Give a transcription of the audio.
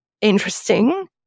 interesting